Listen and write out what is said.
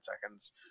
seconds